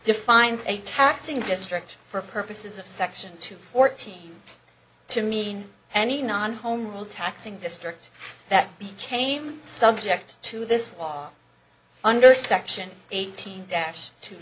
defines a taxing district for purposes of section two fourteen to mean any non home rule taxing district that became subject to this law under section eighteen dash two